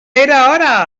era